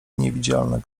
niewidzialne